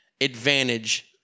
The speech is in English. advantage